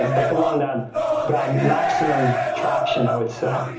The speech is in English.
but the one that got and maximum traction i would say.